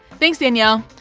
thanks danielle!